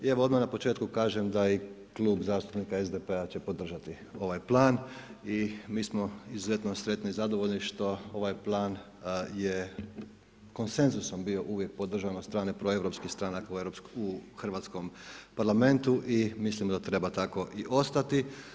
I evo odmah na početku kažem da i Klub zastupnika SDP-a će podržati ovaj plan i mi smo izuzetno sretni i zadovoljni što je ovaj plan je konsenzusom bio uvijek podržan od strane proeuropskih strana u hrvatskom Parlamentu i mislim da treba tako i ostati.